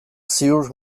ziur